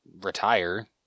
retire